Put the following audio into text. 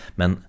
men